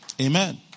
Amen